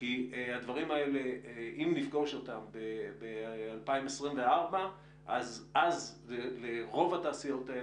כי אם נפגוש את הדברים האלה ב-2024 אז לרוב התעשיות האלה,